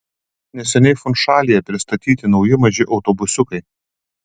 neseniai funšalyje pristatyti nauji maži autobusiukai